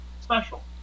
special